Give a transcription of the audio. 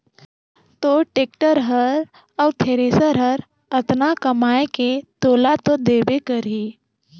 तोर टेक्टर हर अउ थेरेसर हर अतना कमाये के तोला तो देबे करही